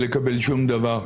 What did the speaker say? לקבל שום דבר.